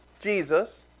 Jesus